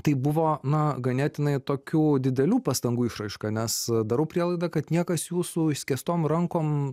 tai buvo na ganėtinai tokių didelių pastangų išraiška nes darau prielaidą kad niekas jūsų išskėstom rankom